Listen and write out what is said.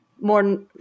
more